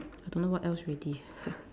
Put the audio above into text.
I don't know what else already